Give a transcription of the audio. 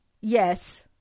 Yes